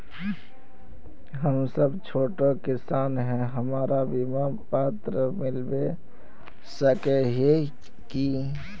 हम सब छोटो किसान है हमरा बिमा पात्र मिलबे सके है की?